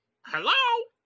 Hello